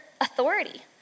authority